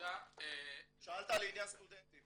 שאלת לעניין הסטודנטים